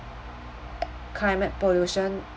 climate pollution